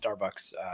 Starbucks